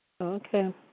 Okay